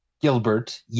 Gilbert